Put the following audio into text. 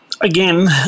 again